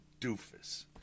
doofus